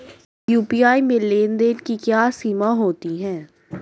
UPI में लेन देन की क्या सीमा होती है?